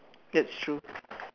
that's true